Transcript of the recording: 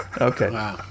Okay